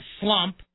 slump